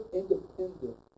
independent